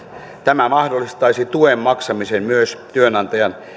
tämä mahdollistaisi tuen maksamisen myös työnantajan